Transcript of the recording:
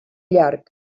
llarg